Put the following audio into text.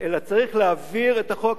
אלא צריך להעביר את החוק,